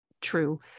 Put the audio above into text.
true